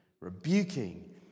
rebuking